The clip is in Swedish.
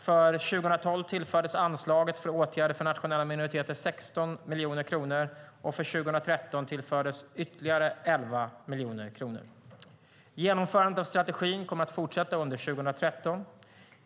För 2012 tillfördes anslaget för åtgärder för nationella minoriteter 16 miljoner kronor och för 2013 tillfördes ytterligare 11 miljoner kronor. Genomförandet av strategin kommer att fortsätta under 2013.